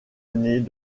années